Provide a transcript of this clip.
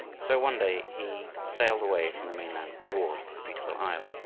so, one day, he sailed away from the mainland toward the beautiful isle.